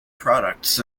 products